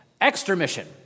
extramission